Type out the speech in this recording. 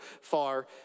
far